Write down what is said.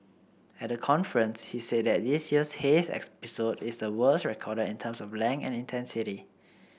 at the conference he said that this year's haze episode is the worst recorded in terms of length and intensity